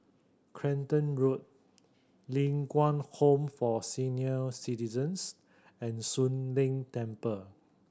Clacton Road Ling Kwang Home for Senior Citizens and Soon Leng Temple